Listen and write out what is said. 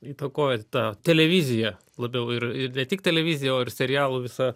įtakojo tą televiziją labiau ir ir ne tik televiziją o ir serialų visą